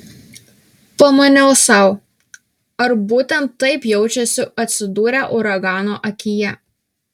pamaniau sau ar būtent taip jaučiasi atsidūrę uragano akyje